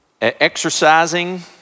exercising